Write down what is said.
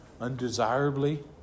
undesirably